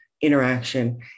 interaction